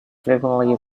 frequently